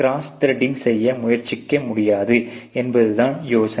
cross threading செய்ய முயற்சிக்க முடியாது என்பதுதான் யோசனை